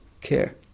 care